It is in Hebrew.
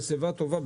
בשיבה טובה,